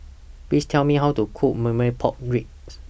Please Tell Me How to Cook Marmite Pork Ribs